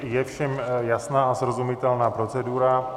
Je všem jasná a srozumitelná procedura?